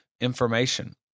information